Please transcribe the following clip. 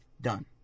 done